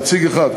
נציג אחד,